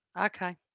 Okay